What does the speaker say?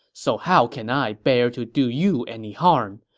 so how can i bear to do you any harm?